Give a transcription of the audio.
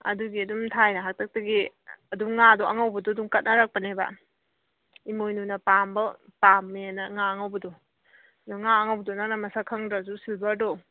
ꯑꯗꯨꯒꯤ ꯑꯗꯨꯝ ꯊꯥꯏꯅ ꯍꯥꯛꯇꯛꯇꯒꯤ ꯑꯗꯨꯝ ꯉꯥꯗꯣ ꯑꯉꯧꯕꯗꯨ ꯑꯗꯨꯝ ꯀꯠꯅꯔꯛꯄꯅꯦꯕ ꯏꯃꯣꯏꯅꯨꯅ ꯄꯥꯝꯃꯦꯅ ꯉꯥ ꯑꯉꯧꯕꯗꯣ ꯉꯥ ꯑꯉꯧꯕꯗꯣ ꯅꯪꯅ ꯃꯁꯛ ꯈꯪꯗ꯭ꯔꯁꯨ ꯁꯤꯜꯕꯔꯗꯣ